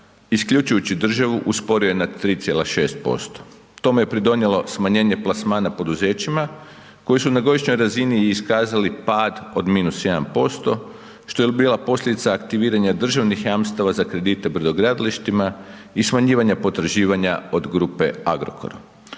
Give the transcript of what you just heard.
isključujući državu usporio je na 3,6% tome je pridonjelo smanjenje plasmana poduzećima koji su na godišnjoj razini iskazali pad od -1%, što je bila posljedica aktiviranja državnih jamstava za kredite brodogradilištima i smanjivanja potraživanja od grupe Agrokor